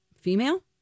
Female